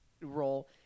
role